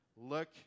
look